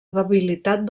debilitat